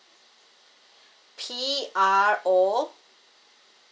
P R O